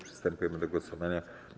Przystępujemy do głosowania.